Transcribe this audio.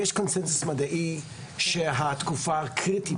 יש כאן קונצנזוס מדעי שהתקופה הקריטית